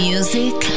Music